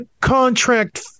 contract